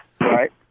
Right